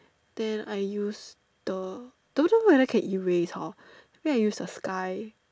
then I use the don't know whether can erase hor maybe I use the sky